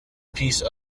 piece